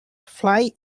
fly